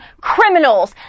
criminals